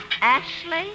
Ashley